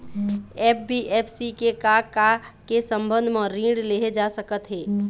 NBFC से का का के संबंध म ऋण लेहे जा सकत हे?